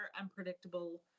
unpredictable